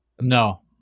No